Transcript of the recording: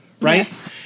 right